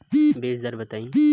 बीज दर बताई?